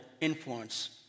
influence